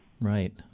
Right